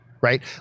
right